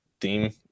theme